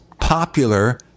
popular